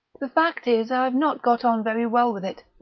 the fact is, i've not got on very well with it.